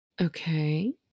Okay